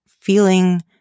feeling